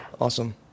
Awesome